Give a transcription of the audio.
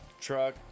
Truck